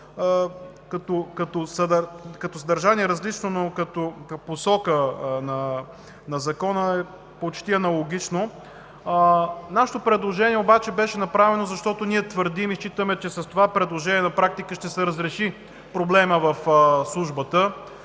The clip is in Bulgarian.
като съдържание, но като посока на Закона почти аналогично. Нашето предложение обаче беше направено, защото ние твърдим и считаме, че с него на практика ще се разреши проблемът в Службата